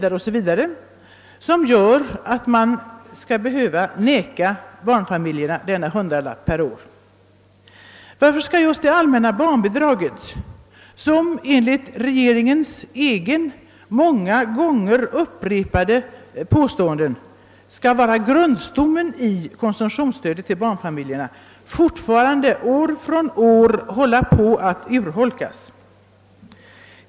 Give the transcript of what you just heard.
— skall innebära att man anser sig vara tvungen att neka barnfamiljerna denna hundralapp per år och barn. Varför skall just det allmänna barnbidraget — som enligt regeringens egna många gånger upprepade påståenden skall vara grundstommen i konsumtionsstödet till barnfamiljerna fortfarande få urholkas år efter år?